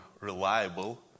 reliable